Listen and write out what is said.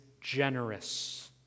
generous